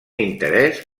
interès